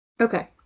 Okay